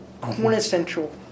quintessential